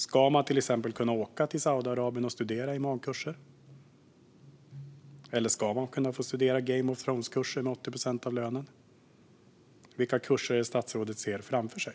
Ska man till exempel kunna åka till Saudiarabien och studera imamkurser? Ska man kunna studera Game of Thrones kurser med 80 procent av lönen? Vilka kurser är det statsrådet ser framför sig?